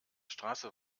straße